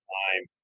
time